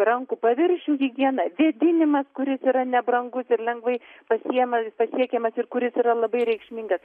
rankų paviršių higiena vėdinimas kuris yra nebrangus ir lengvai pasiima pasiekiamas ir kuris yra labai reikšmingas